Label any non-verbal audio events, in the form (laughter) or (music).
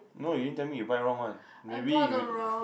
no you didn't tell me you buy wrong one maybe (noise)